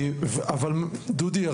אבל דודי,